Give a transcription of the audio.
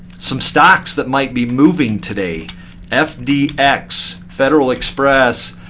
some stocks that might be moving today fdx, federal express.